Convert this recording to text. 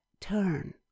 turn